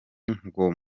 nko